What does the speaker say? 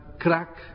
crack